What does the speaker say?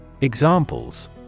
Examples